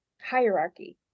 hierarchy